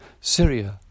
Syria